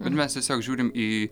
bet mes tiesiog žiūrim į